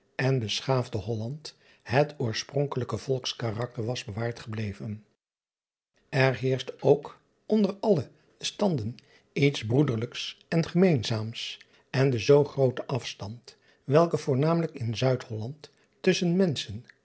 en beschaafde olland het oorspronkelijke volkskarakter was bewaard gebleven r heerschte ook onder alle de standen iets broederlijks en gemeenzaams en de zoo groote afstand welke voornamelijk in uid olland tusschen menschen